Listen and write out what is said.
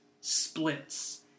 splits